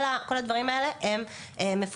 כל הדברים האלה הם מפורסמים.